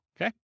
okay